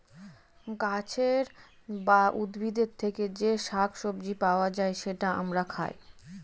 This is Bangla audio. গাছের বা উদ্ভিদের থেকে যে শাক সবজি পাওয়া যায়, সেটা আমরা খাই